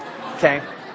Okay